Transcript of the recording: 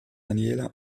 daniela